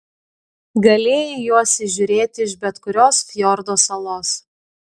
galėjai juos įžiūrėti iš bet kurios fjordo salos